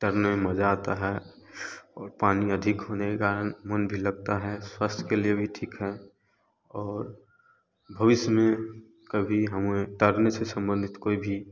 तैरने में मजा आता है और पानी अधिक होने के कारण मन भी लगता है स्वास्थ्य के लिए भी ठीक है और भविष्य में कभी हम तैरने सम्बंधित कोई भी